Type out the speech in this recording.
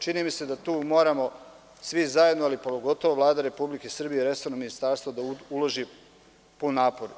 Čini mi se da tu moramo svi zajedno, a pogotovo Vlada Republike Srbije i resorno ministarstvo da uloži pun napor.